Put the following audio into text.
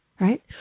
right